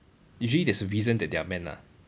usually there's a reason that they are men lah